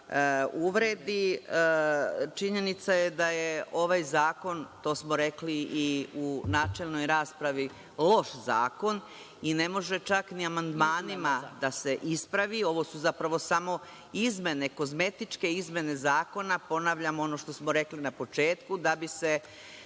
uvredi. Činjenica je da je ovaj zakon, to smo rekli i u načelnoj raspravi, loš zakon i ne može čak ni amandmanima da se ispravi. Ovo su zapravo samo izmene, kozmetičke izmene zakona, ponavljam ono što smo rekli na početku, da bi se